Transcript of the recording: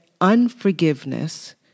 unforgiveness